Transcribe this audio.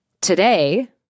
Today